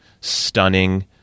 stunning